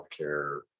healthcare